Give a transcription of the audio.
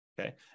Okay